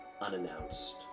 unannounced